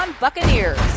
Buccaneers